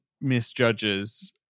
misjudges